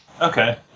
Okay